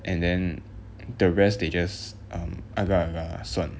and then the rest they just um agak agak 算